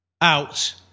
out